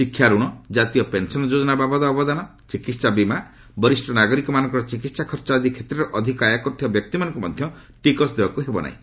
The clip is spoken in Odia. ଶିକ୍ଷାଋଣ କାତୀୟ ପେନ୍ସନ ଯୋଜନା ବାବଦ ଅବଦାନ ଚିକିହା ବୀମା ବରିଷ୍ଣ ନାଗରିକମାନଙ୍କର ଚିକିତ୍ସା ଖର୍ଚ୍ଚ ଆଦି କ୍ଷେତ୍ରରେ ଅଧିକ ଆୟ କରୁଥିବା ବ୍ୟକ୍ତିମାନଙ୍କୁ ମଧ୍ୟ ଟିକସ ଦେବାକୁ ହେବନାହିଁ